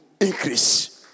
increase